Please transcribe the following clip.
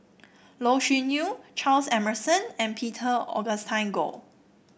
Loh Sin Yun Charles Emmerson and Peter Augustine Goh